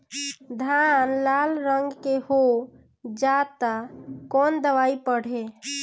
धान लाल रंग के हो जाता कवन दवाई पढ़े?